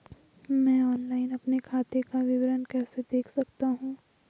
मैं ऑनलाइन अपने खाते का विवरण कैसे देख सकता हूँ?